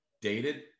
dated